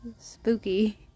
spooky